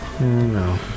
No